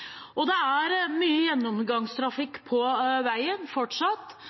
Det er mye gjennomgangstrafikk på veien fortsatt,